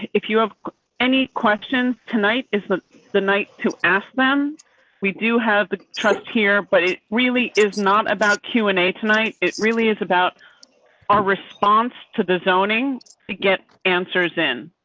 if you have any questions tonight isn't the night to ask them we do have the trust here, but it really is not about q and a tonight. it really is about our response to the zoning to get answers in.